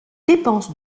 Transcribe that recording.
dépense